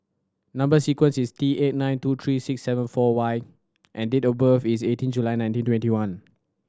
number sequence is T eight nine two three six seven four Y and date of birth is eighteen July nineteen twenty one